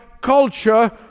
culture